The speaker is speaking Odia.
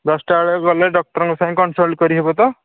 ଦଶଟା ବେଳକୁ ଗଲେ ଡକ୍ଟର ଙ୍କ ସାଙ୍ଗରେ କନ୍ସଳ୍ଟ କରିହେବ ତ